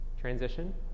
transition